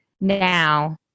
now